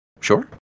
Sure